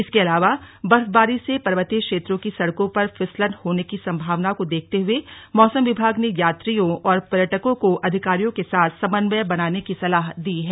इसके अलावा बर्फबारी से पर्वतीय क्षेत्रों की सड़कों पर फिसलन होने की संभावना को देखते हुए मौसम विभाग ने यात्रियों और पर्यटकों को अधिकारियों के साथ समन्वय बनाने की सलाह दी है